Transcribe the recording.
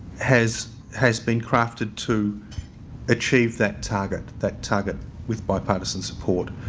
has has been crafted to achieve that target, that target with bipartisan support.